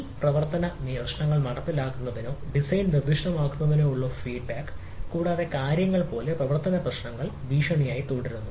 ഈ പ്രവർത്തന പ്രശ്നങ്ങൾ നടപ്പിലാക്കുന്നതിനോ ഡിസൈൻ കൂടാതെ കാര്യങ്ങൾ അല്ലെങ്കിൽ പ്രവർത്തന പ്രശ്നങ്ങൾ ഒരു ഭീഷണിയായി വരുന്നു